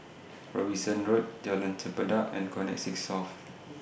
Robinson Road Jalan Chempedak and Connexis South